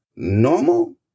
Normal